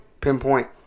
pinpoint